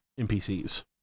NPCs